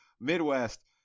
Midwest